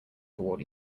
toward